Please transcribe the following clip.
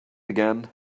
again